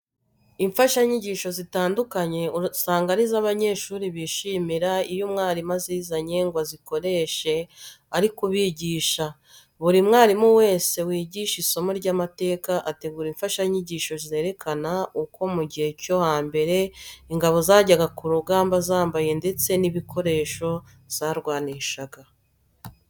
Imfashanyigisho zitandukanye usanga ari zo abanyeshuri bishimira iyo umwarimu azizanye ngo azikoreshe ari kubigisha. Buri mwarimu wese wigisha isomo ry'amateka, ategura imfashanyigisho zerekana uko mu gihe cyo hambere ingabo zajyaga ku rugamba zambaye ndetse n'ibikoresho zarwanishaga.